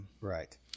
Right